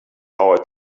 our